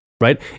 Right